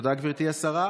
תודה, גברתי השרה.